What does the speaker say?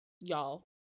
Y'all